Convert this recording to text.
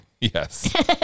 Yes